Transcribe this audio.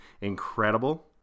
incredible